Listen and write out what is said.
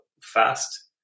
fast